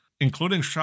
Including